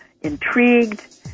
intrigued